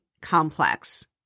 complex